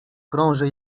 krąży